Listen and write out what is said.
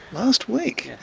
last week? yes.